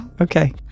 Okay